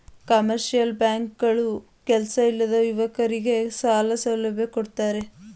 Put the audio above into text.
commercial bank ಗಳು ಕೆಲ್ಸ ಇಲ್ಲದ ಯುವಕರಗೆ ಸಾಲ ಸೌಲಭ್ಯ ಕೊಡ್ತಾರೆ